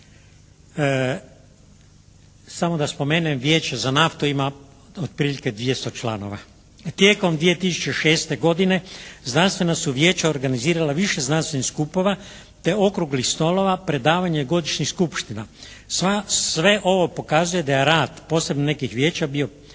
Samo da spomenem Vijeće za naftu ima otprilike 200 članova. Tijekom 2006. godine znanstvena su vijeća organizirala više znanstvenih skupova te okruglih stolova, predavanje godišnjih skupština. Sve ovo pokazuje da je rad posebno nekih vijeća bio